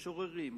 משוררים,